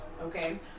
Okay